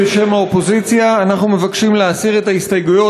בשם האופוזיציה אנחנו מבקשים להסיר את ההסתייגויות